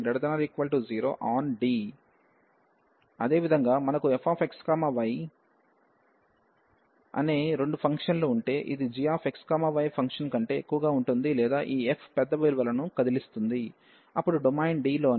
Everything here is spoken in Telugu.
∬DfxydA≥0iffxy≥0onD అదేవిధంగా మనకు fxy అనే రెండు ఫంక్షన్లు ఉంటే ఇది gxy ఫంక్షన్ కంటే ఎక్కువగా ఉంటుంది లేదా ఈ f పెద్ద విలువలను కదిలిస్తుంది అప్పుడు డొమైన్ D లోని g